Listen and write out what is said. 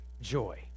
joy